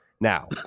Now